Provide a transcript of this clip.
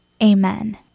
amen